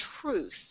truth